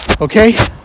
okay